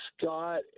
Scott